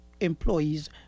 employees